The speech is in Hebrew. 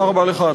בבקשה.